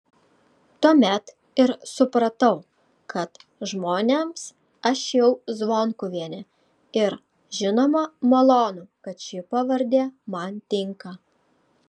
tuomet ir supratau kad žmonėms aš jau zvonkuvienė ir žinoma malonu kad ši pavardė man tinka